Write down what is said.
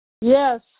Yes